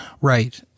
Right